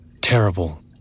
terrible